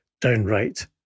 downright